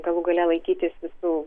galų gale laikytis visų